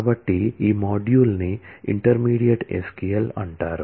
కాబట్టి ఈ మాడ్యూల్లు ని ఇంటర్మీడియట్ SQL అంటారు